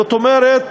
זאת אומרת,